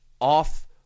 off